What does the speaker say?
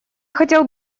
хотел